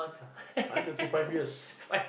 I want to achieve five years